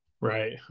Right